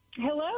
Hello